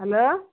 hello